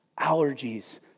allergies